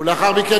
ולאחר מכן,